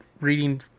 reading